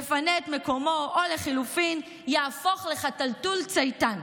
יפנה את מקומו או לחלופין יהפוך לחתלתול צייתן.